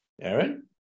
Aaron